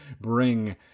bring